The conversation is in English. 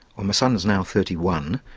um son is now thirty one.